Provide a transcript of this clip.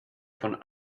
von